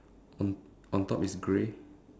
on on top is gray